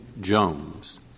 Jones